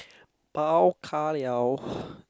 bao ka liao